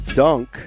dunk